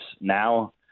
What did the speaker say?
now